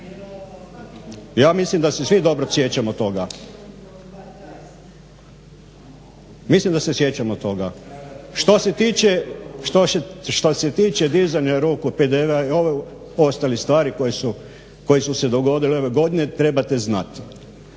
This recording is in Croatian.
… /Upadica se ne razumije./ … Što se tiče dizanja ruku PDV-a i ovih ostalih stvari koje su se dogodile ove godine trebate znati